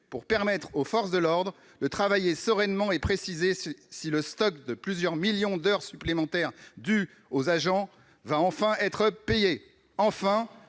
pour permettre aux forces de l'ordre de travailler sereinement ? Pouvez-vous nous préciser si le stock de plusieurs millions d'heures supplémentaires dues aux agents va enfin être payé ?